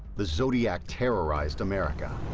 the zodiac terrorized america.